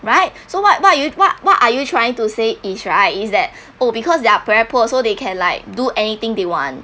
right so what what you what what are you trying to say is right is that oh because they're very poor so they can like do anything they want